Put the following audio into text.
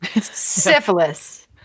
Syphilis